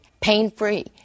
pain-free